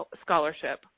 scholarship